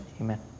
Amen